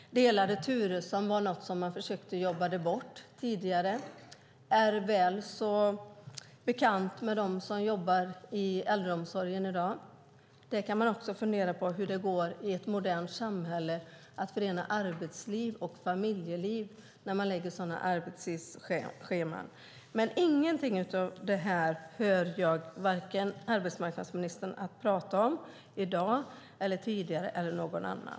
Delade turer, som var något som man försökte jobba bort tidigare, är väl så bekant för dem som jobbar i äldreomsorgen i dag. Man kan fundera på hur det i ett modernt samhälle går att förena arbetsliv och familjeliv med sådana arbetstidsscheman. Men ingenting av det här har jag hört arbetsmarknadsministern tala om i dag eller tidigare och inte heller någon annan.